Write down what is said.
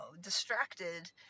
Distracted